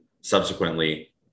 subsequently